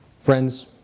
Friends